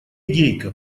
гейка